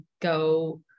go